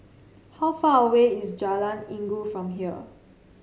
how far away is Jalan Inggu from here